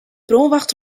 brânwacht